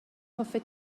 hoffet